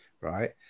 right